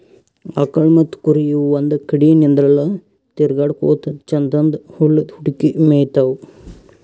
ಆಕಳ್ ಮತ್ತ್ ಕುರಿ ಇವ್ ಒಂದ್ ಕಡಿ ನಿಂದ್ರಲ್ಲಾ ತಿರ್ಗಾಡಕೋತ್ ಛಂದನ್ದ್ ಹುಲ್ಲ್ ಹುಡುಕಿ ಮೇಯ್ತಾವ್